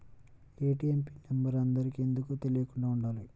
ATM pin number అందరికి ఎందుకు తెలియకుండా ఉండాలి?